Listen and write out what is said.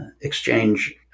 exchange